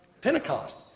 Pentecost